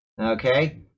Okay